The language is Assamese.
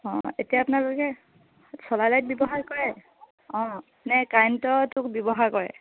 অঁ এতিয়া আপোনালোকে চলাৰ লাইট ব্যৱহাৰ কৰে অঁ নে কাৰেণ্টতো ব্যৱহাৰ কৰে